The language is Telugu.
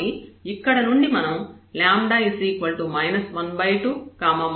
కాబట్టి ఇక్కడ నుండి మనం λ 12 32 లను పొందుతాము